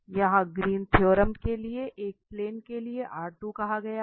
तो यहाँ इस ग्रीन थ्योरम के लिए एक प्लेन के लिए कहा गया था